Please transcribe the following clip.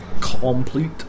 Complete